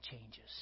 changes